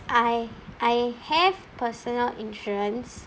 I I have personal insurance